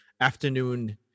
afternoon